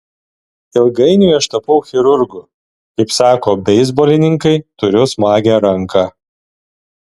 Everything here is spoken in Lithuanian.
ilgainiui aš tapau chirurgu kaip sako beisbolininkai turiu smagią ranką